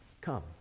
Come